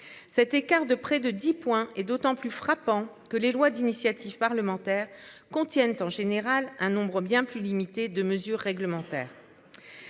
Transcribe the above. Cet écart de près de 10 points et d'autant plus frappant que les lois d'initiative parlementaire. Contiennent en général un nombre bien plus limité de mesures réglementaires.